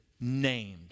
named